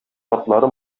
картлары